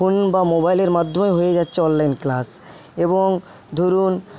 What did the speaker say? phone বা মোবাইলের মাধ্যমে হয়ে যাচ্ছে অনলাইন ক্লাস এবং ধরুন